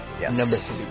Yes